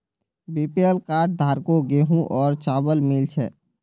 BPL card धारकों गेहूं और चावल मिल छे